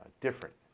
different